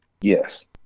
Yes